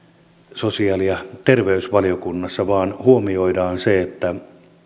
sosiaali ja terveysvaliokunnassa vaan huomioidaan paitsi se että